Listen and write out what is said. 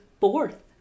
fourth